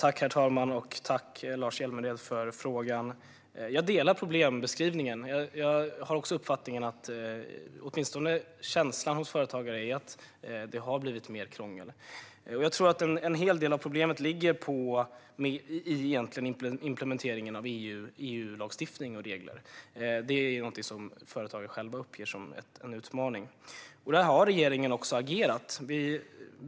Herr talman! Jag vill tacka Lars Hjälmered för frågan. Jag håller med om problembeskrivningen. Jag har också uppfattat det som att åtminstone känslan hos företagare är att det har blivit mer krångel. Jag tror att en hel del av problemet egentligen ligger i implementeringen av EU-lagstiftning och EU-regler. Det är något som företagare själva uppger som en utmaning. Regeringen har också agerat på området.